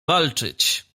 walczyć